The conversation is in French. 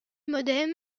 modern